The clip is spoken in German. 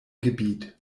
gebiet